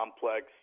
complex